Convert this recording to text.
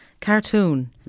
cartoon